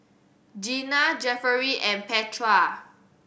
Jeana Jefferey and Petra